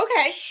Okay